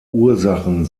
ursachen